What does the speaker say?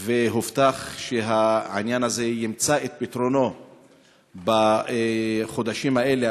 והובטח שהעניין הזה ימצא את פתרונו בחודשים האלה,